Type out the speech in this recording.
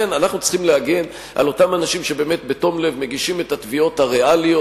אנחנו צריכים להגן על אותם אנשים שבתום לב מגישים את התביעות הריאליות,